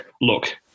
Look